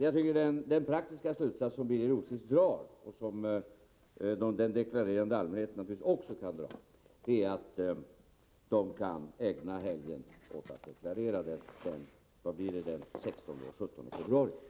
Jag tycker att den praktiska slutsats som Birger Rosqvist drar — och som den deklarerande allmänheten naturligtvis också skall dra — är att man kan ägna helgen den 16-17 februari åt att deklarera.